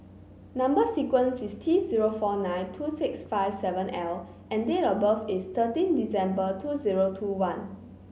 number sequence is T zero four nine two six five seven L and date of birth is thirteen December two zero two one